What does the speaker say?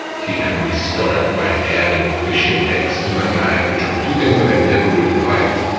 he had me start by adding fish and eggs to my diet, which were two things that i never really liked.